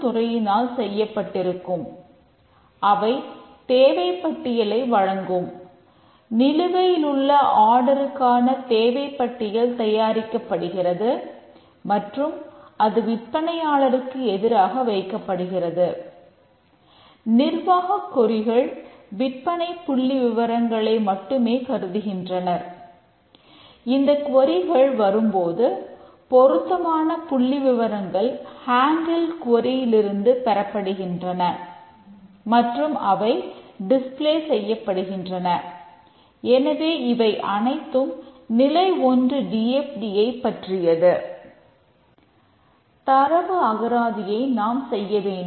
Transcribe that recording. தரவு அகராதியை நாம் செய்ய வேண்டும்